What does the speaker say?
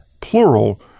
plural